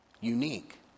unique